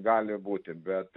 gali būti bet